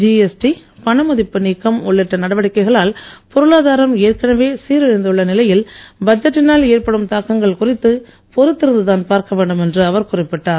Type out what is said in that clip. GST பணமதிப்பு நீக்கம் உள்ளிட்ட நடவடிக்கைகளால் பொருளாதாரம் ஏற்கனவே சீரழிந்துள்ள நிலையில் பட்ஜெட்டினால் ஏற்படும் தாக்கங்கள் குறித்து பொறுத்திருந்துதான் பார்க்க வேண்டும் என்று அவர் குறிப்பிட்டார்